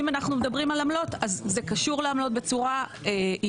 אם אנחנו מדברים על עמלות אז זה קשור לעמלות בצורה אינהרנטית.